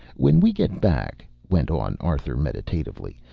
when we get back, went on arthur meditatively,